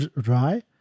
dry